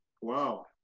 Wow